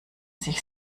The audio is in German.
sich